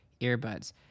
earbuds